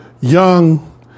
young